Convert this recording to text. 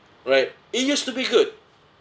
right it used to be good